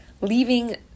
leaving